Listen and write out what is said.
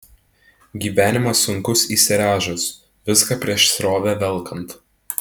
gyvenimas sunkus įsiręžus viską prieš srovę velkant